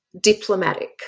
diplomatic